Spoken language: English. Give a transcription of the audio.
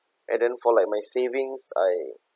and then for like my savings I